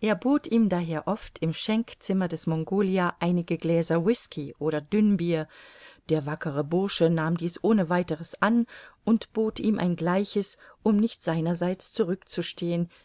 er bot ihm daher oft im schenkzimmer des mongolia einige gläser whisky oder dünnbier der wackere bursche nahm dies ohneweiters an und bot ihm ein gleiches um nicht seinerseits zurück